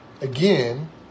again